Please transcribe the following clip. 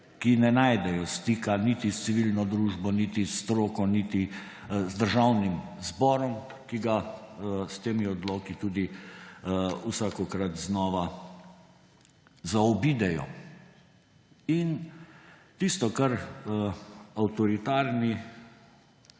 ki ne najdejo stika niti s civilno družbo, niti s stroko, niti z Državnim zborom, ki ga s temi odloki tudi vsakokrat znova zaobidejo. In tisto, kar avtoritarni